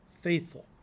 faithful